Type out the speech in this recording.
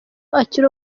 akiri